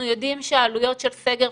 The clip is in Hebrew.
אנחנו יודעים שהעלויות של סגר,